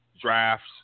drafts